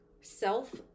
self